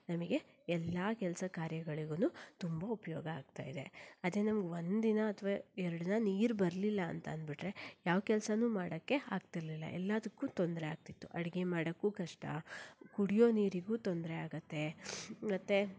ನಮಗೆ ಎಲ್ಲ ಕೆಲಸ ಕಾರ್ಯಗಳಿಗೂ ತುಂಬ ಉಪಯೋಗ ಆಗ್ತಾ ಇದೆ ಅದೇ ನಮ್ಗೆ ಒಂದು ದಿನ ಅಥವಾ ಎರಡು ದಿನ ನೀರು ಬರ್ಲಿಲ್ಲಾಂತ ಅಂದುಬಿಟ್ರೆ ಯಾವ ಕೆಲಸನೂ ಮಾಡೋಕ್ಕೆ ಆಗ್ತಿರಲಿಲ್ಲ ಎಲ್ಲದಕ್ಕೂ ತೊಂದರೆ ಆಗ್ತಿತ್ತು ಅಡುಗೆ ಮಾಡೋಕ್ಕೂ ಕಷ್ಟ ಕುಡಿಯೋ ನೀರಿಗೂ ತೊಂದರೆ ಆಗುತ್ತೆ ಮತ್ತು